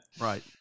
Right